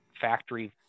factory